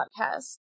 podcast